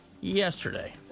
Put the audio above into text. yesterday